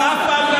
וגם אף פעם,